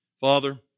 Father